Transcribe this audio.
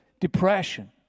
depression